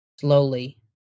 slowly